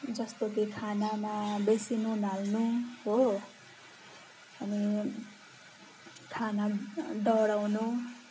जस्तो कि खानामा बेसी नुन हाल्नु हो अनि खाना डढाउनु